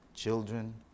children